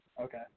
Okay